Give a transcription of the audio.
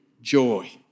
joy